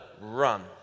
run